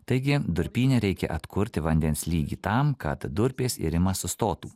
taigi durpyne reikia atkurti vandens lygį tam kad durpės irimas sustotų